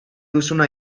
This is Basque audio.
duzuna